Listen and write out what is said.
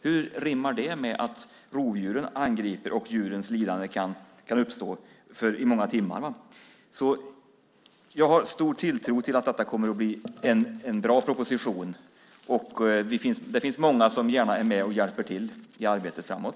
Hur rimmar det med att rovdjuren angriper djur och att lidande kan uppstå i många timmar? Jag har stor tilltro till att det kommer att bli en bra proposition. Det finns många som gärna är med och hjälper till i arbetet framåt.